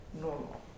normal